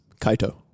Kaito